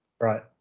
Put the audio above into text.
right